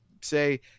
say